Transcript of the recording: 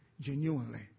Genuinely